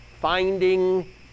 finding